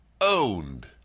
Owned